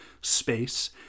space